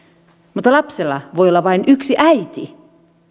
mutta lapsella voi olla vain yksi äiti